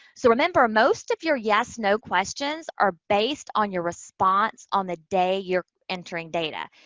so remember, most of your yes no questions are based on your response on the day you're entering data.